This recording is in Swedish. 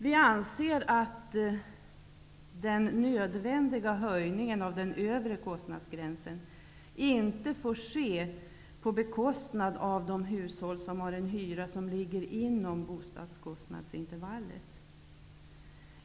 Vi anser att den nödvändiga höjningen av den övre kostnadsgränsen inte får ske på bekostnad av de hushåll som har en hyra som ligger inom bostadskostnadsintervallet.